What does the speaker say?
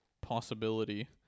possibility